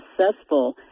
successful